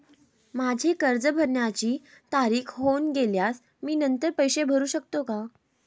माझे कर्ज भरण्याची तारीख होऊन गेल्यास मी नंतर पैसे भरू शकतो का?